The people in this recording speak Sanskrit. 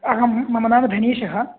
अहं मम नाम धनीशः